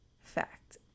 fact